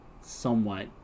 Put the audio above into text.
somewhat